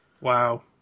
Wow